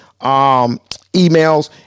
emails